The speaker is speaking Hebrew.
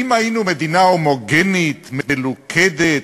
היו אמירות כאלה